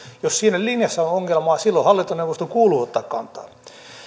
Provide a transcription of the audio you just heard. jos siinä linjassa on ongelmaa silloin hallintoneuvoston kuuluu ottaa kantaa